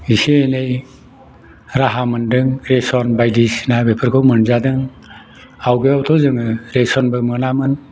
एसे एनै राहा मोन्दों रेसन बायदिसिना बेफोरखौ मोनजादों आवगायावथ' जोङो रेसनबो मोनामोन